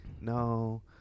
no